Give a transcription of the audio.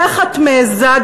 איך את מעזה,